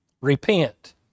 Repent